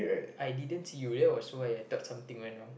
I didn't see you that was why I thought something went wrong